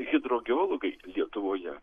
hidrogeologai lietuvoje